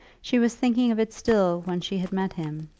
she was thinking of it still when she had met him,